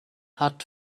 hat